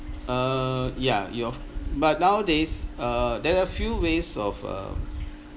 err ya your but nowadays err there are a few ways of um